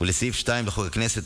ולסעיף 2 לחוק הכנסת,